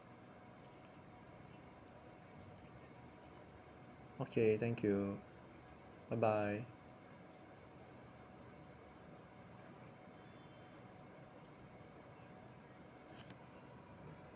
okay thank you bye bye